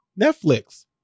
Netflix